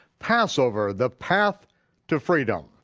passover the path to freedom.